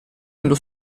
nello